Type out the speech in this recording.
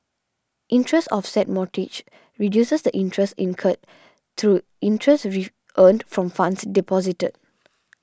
interest offset mortgages reduces the interest incurred through interest re earned from funds deposited